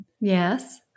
Yes